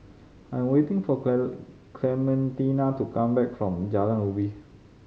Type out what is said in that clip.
I am waiting for Clementina to come back from Jalan Ubi